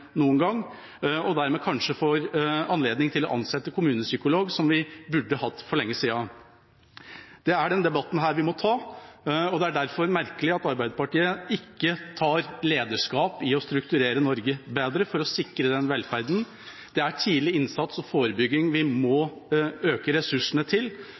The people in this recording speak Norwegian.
noen gang og dermed kanskje anledning til å ansette kommunepsykolog, noe vi burde hatt for lenge siden. Det er denne debatten vi må ta. Det er derfor merkelig at Arbeiderpartiet ikke tar lederskap i å strukturere Norge bedre for å sikre den velferden. Det er tidlig innsats og forebygging vi må øke ressursene til,